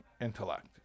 intellect